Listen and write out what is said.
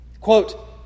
Quote